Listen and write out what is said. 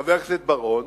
חבר הכנסת בר-און